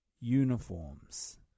uniforms